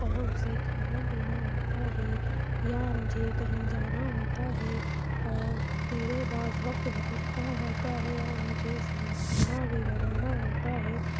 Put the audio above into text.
اور اسے کھانا دینا ہوتا ہے یا مجھے کہیں جانا ہوتا ہے اور میرے پاس وقت بہت کم ہوتا ہے اور مجھے اس میں کھانا بھی بنانا ہوتا ہے